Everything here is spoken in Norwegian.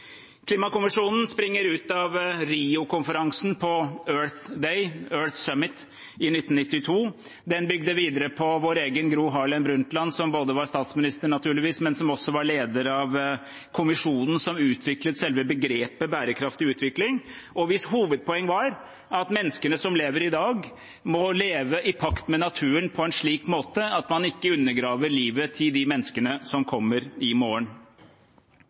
springer ut av Rio-konferansen på Earth Summit i 1992. Den bygde videre på vår egen Gro Harlem Brundtland, som var statsminister, naturligvis, men som også var leder av kommisjonen som utviklet selve begrepet «bærekraftig utvikling», og hvis hovedpoeng var at menneskene som lever i dag, må leve i pakt med naturen på en slik måte at man ikke undergraver livet til de menneskene som kommer i morgen.